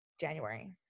January